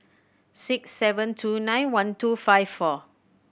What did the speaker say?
six seven two nine one two five four